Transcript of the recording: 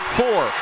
four